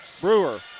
Brewer